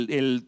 el